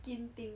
skin thing